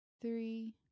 three